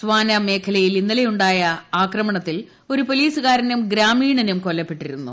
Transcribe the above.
സ്യാന മേഖലയിൽ ഇന്നലെയ്യുണ്ടായ ആക്രമണത്തിൽ ഒരു പോലീസുകാരനും ഗ്രാമ്പീണ്സൂം കൊല്ലപ്പെട്ടിരുന്നു